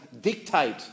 dictate